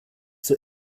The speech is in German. zur